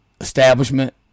establishment